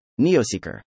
Neoseeker